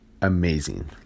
amazing